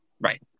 Right